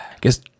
guess